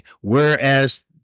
whereas